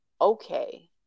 okay